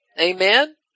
Amen